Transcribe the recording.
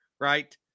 right